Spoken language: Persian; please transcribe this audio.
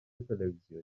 تلویزیونی